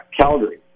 Calgary